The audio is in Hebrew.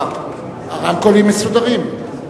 הרמקולים מסודרים.